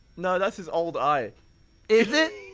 no, that's his old eye is it?